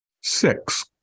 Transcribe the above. Six